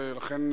ולכן